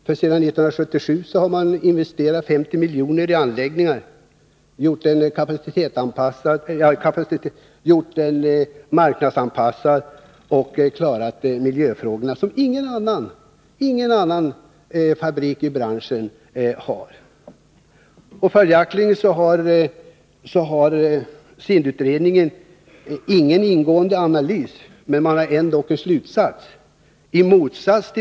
Sedan 1977 har man investerat 50 milj.kr. i anläggningen, gjort den marknadsanpassad och klarat miljöfrågorna — som ingen annan fabrik i branschen har gjort. Följaktligen har SIND-utredningen ingen ingående analys — men man har en slutsats.